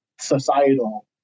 societal